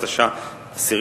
בכסלו התשע"א,